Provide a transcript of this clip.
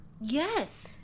Yes